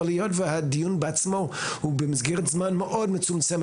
אבל היות והדיון בעצמו הוא במסגרת זמן מאוד מצומצמת,